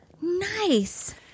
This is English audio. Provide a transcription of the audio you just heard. nice